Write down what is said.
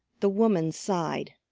the woman sighed.